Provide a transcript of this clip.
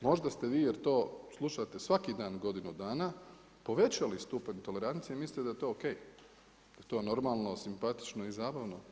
Možda ste vi jer to slušate svaki dan godinu dana povećali stupanj tolerancije i mislite da je to o.k., da je to normalno, simpatično i zabavno.